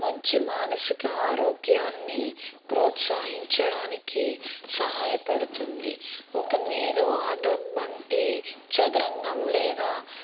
మంచి మానసిక ఆరోగ్యాన్ని ప్రోత్సహించడానికి సహాయపడుతుంది ఒక మేధో ఆటవంటి చదరంగం లేదా